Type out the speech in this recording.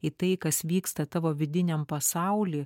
į tai kas vyksta tavo vidiniam pasauly